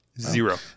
Zero